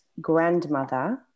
grandmother